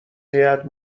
هیات